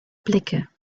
blicke